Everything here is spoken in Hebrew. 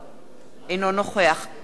אינו נוכח חיים כץ,